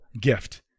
gift